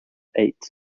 eight